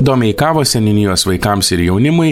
domeikavos seniūnijos vaikams ir jaunimui